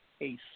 Ace